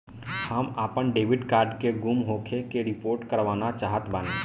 हम आपन debit card के गुम होखे के रिपोर्ट करवाना चाहत बानी